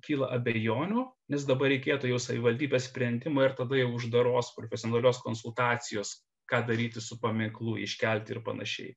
kyla abejonių nes dabar reikėtų jau savivaldybės sprendimo ir tada jau uždaros profesionalios konsultacijos ką daryti su paminklu iškelti ir panašiai